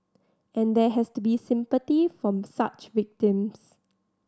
and there has to be sympathy from such victims